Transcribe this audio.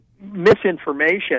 Misinformation